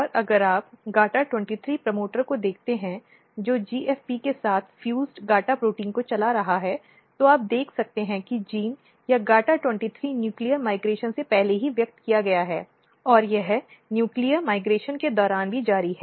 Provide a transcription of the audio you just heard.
और अगर आप GATA23 प्रमोटर को देखते हैं जो GFP के साथ फ्यूज्ड GATA प्रोटीन को चला रहा है तो आप देख सकते हैं कि जीन या GATA23 न्यूक्लीय माइग्रेशन से पहले भी व्यक्त किया गया है और यह न्यूक्लीय माइग्रेशन के दौरान भी जारी है